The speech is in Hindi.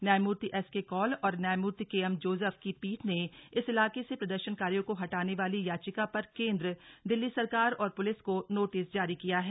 न्यायमूर्ति एस के कौल और न्यायमूर्ति के एम जोजफ की पीठ ने इस इलाके से प्रदर्शनकारियों को हटाने वाली याचिका पर केन्द्र दिल्ली सरकार और पुलिस को नोटिस जारी किया है